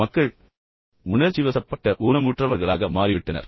எனவே மக்கள் உணர்ச்சிவசப்பட்ட ஊனமுற்றவர்களாக மாறிவிட்டனர்